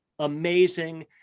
amazing